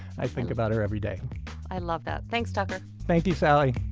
i think about her every day i love that. thanks, tucker thank you, sally